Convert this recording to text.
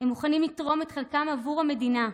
המוכנים לתרום את חלקם עבור המדינה.